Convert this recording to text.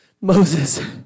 Moses